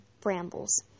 brambles